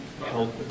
help